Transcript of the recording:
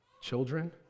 children